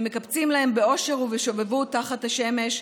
הם מקפצים להם באושר ובשובבות תחת השמש,